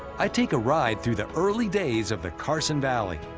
i take a ride through the early days of the carson valley.